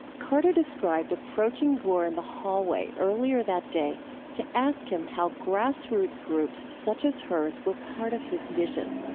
carter described approaching gore in the hallway earlier that day to ask him how grassroots groups, such as hers, were part of his vision.